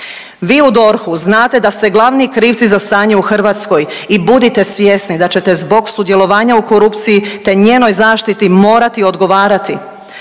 Vi u DORH-u znate da ste glavni krivci za stanje u Hrvatskoj i budite svjesni da ćete zbog sudjelovanja u korupciji, te njenoj zaštiti morati odgovarati.